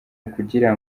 ukugira